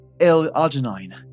L-arginine